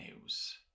news